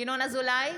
ינון אזולאי,